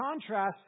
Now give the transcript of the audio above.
contrast